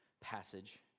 passage